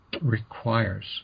requires